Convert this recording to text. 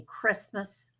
Christmas